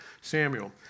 Samuel